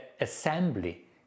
assembly